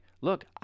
look